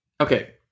okay